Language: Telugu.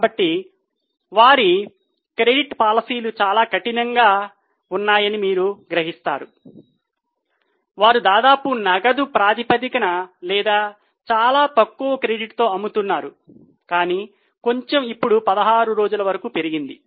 కాబట్టి వారి క్రెడిట్ పాలసీలు చాలా కఠినమైనవి అని మీరు గ్రహిస్తారు వారు దాదాపు నగదు ప్రాతిపదికన లేదా చాలా తక్కువ క్రెడిట్తో అమ్ముతున్నారు కానీ కొంచెం ఇప్పుడు 16 రోజుల వరకు పెరిగింది